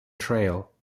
trail